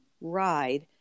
ride